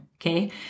Okay